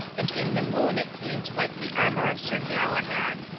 and in the moon it gleamed like the armour of sir galahad.